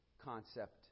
concept